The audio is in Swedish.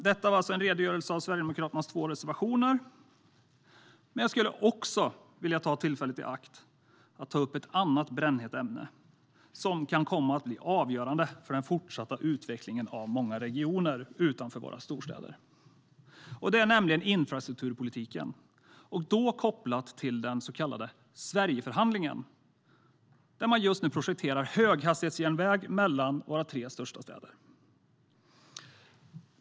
Detta var alltså en redogörelse av Sverigedemokraternas två reservationer, men jag skulle vilja ta tillfället i akt att ta upp ett annat brännhett ämne som kan komma att bli avgörande för den fortsatta utvecklingen av många regioner utanför våra storstäder, och det gäller infrastrukturpolitiken kopplad till den så kallade Sverigeförhandlingen. Just nu projekterar man höghastighetsjärnväg mellan våra tre största städer.